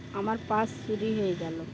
আমার পার্স চুরি হয়ে গেল